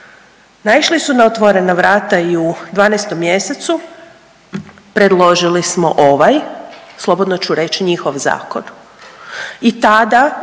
Naišli su na otvorena vrata i u 12. mj. predložili smo ovaj, slobodno ću reći, njihov zakon